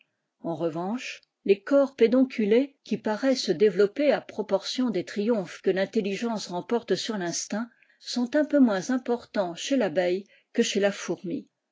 en revanche les corps pédoncules qui paraissent se développer à proportion des triomplies que rintel ligence remporte sur tinstinct sont un peu moins importants chez ràbeille que chez la fourmi